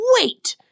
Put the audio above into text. wait